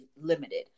limited